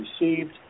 received